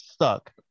suck